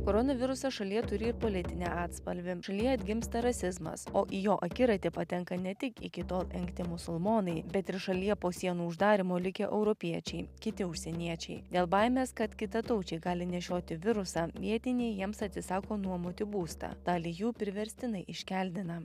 koronavirusas šalyje turi ir politinį atspalvį šalyje atgimsta rasizmas o į jo akiratį patenka ne tik iki tol engti musulmonai bet ir šalyje po sienų uždarymo likę europiečiai kiti užsieniečiai dėl baimės kad kitataučiai gali nešioti virusą vietiniai jiems atsisako nuomoti būstą dalį jų priverstinai iškeldina